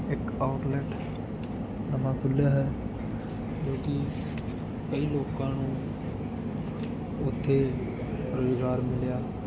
ਇੱਕ ਆਊਟਲੈਟ ਨਵਾਂ ਖੁੱਲ੍ਹਿਆ ਹੈ ਜੋ ਕਿ ਇਹ ਲੋਕਾਂ ਨੂੰ ਉੱਥੇ ਰੁਜ਼ਗਾਰ ਮਿਲਿਆ